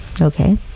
Okay